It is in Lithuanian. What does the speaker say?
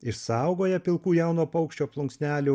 išsaugoję pilkų jauno paukščio plunksnelių